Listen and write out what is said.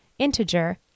integer